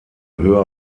höher